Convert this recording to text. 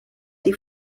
die